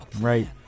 right